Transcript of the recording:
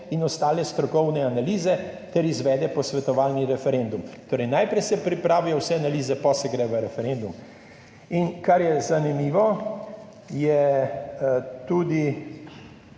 in ostale strokovne analize ter izvede posvetovalni referendum. Torej, najprej se pripravijo vse analize, potem se gre v referendum. Kar je zanimivo je tudi